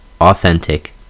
authentic